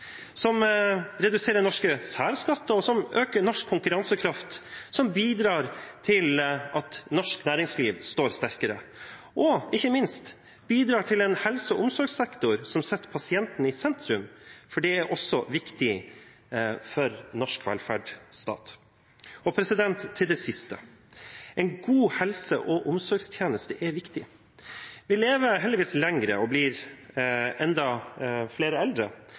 som reduserer norske særskatter, noe som øker norsk konkurransekraft og bidrar til at norsk næringsliv står sterkere, og ikke minst som bidrar til en helse- og omsorgssektor som setter pasienten i sentrum, for det er også viktig for den norske velferdsstaten. Og til det siste: En god helse- og omsorgstjeneste er viktig. Vi lever heldigvis lenger og blir enda flere eldre,